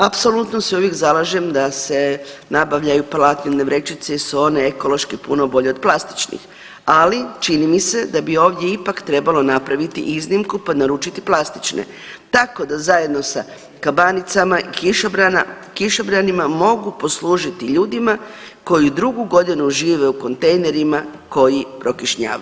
Apsolutno se uvijek zalažem da se nabavljaju platnene vrećice jer su one ekološki puno bolje od plastičnih, ali čini mi se da bi ovdje ipak trebalo napraviti iznimku pa naručiti plastične, tako da zajedno sa kabanicama i kišobranima mogu poslužiti ljudima koji drugu godinu žive u kontejnerima koji prokišnjavaju.